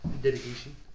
Dedication